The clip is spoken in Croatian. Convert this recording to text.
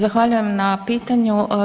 Zahvaljujem na pitanju.